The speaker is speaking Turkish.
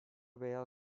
veya